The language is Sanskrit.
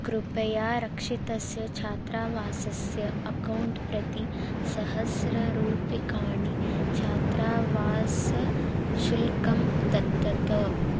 कृपया रक्षितस्य छात्रावासस्य अकौण्ट् प्रति सहस्ररूप्यकाणि छात्रावासशुल्कं दत्तात्